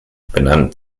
benannt